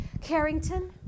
Carrington